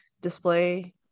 display